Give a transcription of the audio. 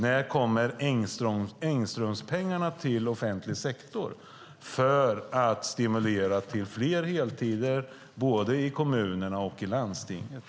När kommer Engströmspengarna till offentlig sektor som stimulans till fler heltider i kommunerna och landstingen?